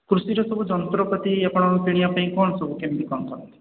କୃଷି ଯନ୍ତ୍ରପାତି ଆପଣ କିଣିବା ପାଇଁ କ'ଣ ସବୁ କେମିତି କ'ଣ କରନ୍ତି